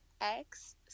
X-